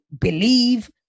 believe